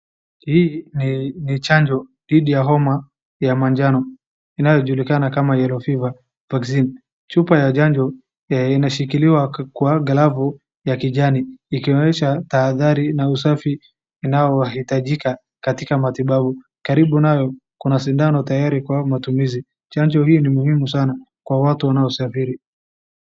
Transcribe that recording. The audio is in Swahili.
Hii ni chanjo dhidi ya homa ya manjano inayojulikana kama yellow fever toxin . Chupa ya chanjo inashikiliwa kwa glovu ya kijani ikionyesha tahadhari na usafi unaohitajika katika matibabu. Karibu nayo kuna sindano tayari kwa hayo matumizi. Chanjo hii ni muhimu sana kwa watu wanaosafiri.